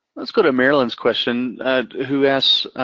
let's go to maryland's question who asks,